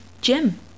Jim